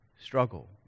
struggle